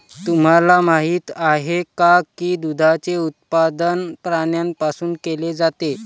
तुम्हाला माहित आहे का की दुधाचे उत्पादन प्राण्यांपासून केले जाते?